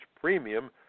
premium